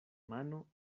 mano